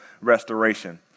restoration